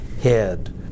head